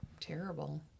Terrible